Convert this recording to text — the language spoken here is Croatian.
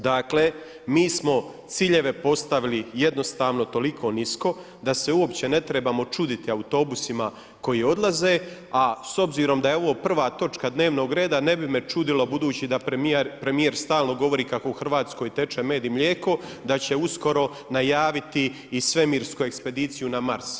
Dakle mi smo ciljeve postavili jednostavno toliko nisko da se uopće ne trebamo čuditi autobusnima koji odlaze, a s obzirom da je ovo prva točka dnevnog reda, ne bi me čudilo budući da premijer stalno govori kako u Hrvatskoj teče med i mlijeko, da će uskoro najaviti i svemirsku ekspediciju na Mars.